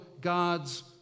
God's